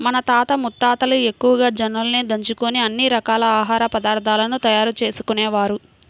మన తాతలు ముత్తాతలు ఎక్కువగా జొన్నలనే దంచుకొని అన్ని రకాల ఆహార పదార్థాలను తయారు చేసుకునేవారు